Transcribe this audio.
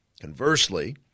Conversely